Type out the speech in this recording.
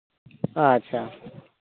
ᱟᱪᱪᱷᱟ